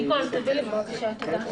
אני מצביע באצבע שמאל.